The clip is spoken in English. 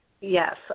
Yes